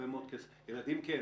ילדים כן,